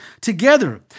together